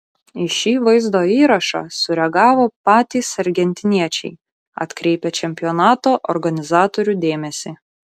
į šį vaizdo įrašą sureagavo patys argentiniečiai atkreipę čempionato organizatorių dėmesį